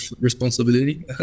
responsibility